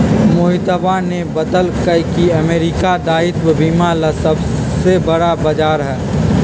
मोहितवा ने बतल कई की अमेरिका दायित्व बीमा ला सबसे बड़ा बाजार हई